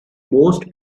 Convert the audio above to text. most